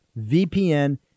VPN